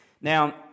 Now